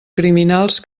criminals